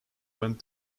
went